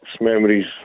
memories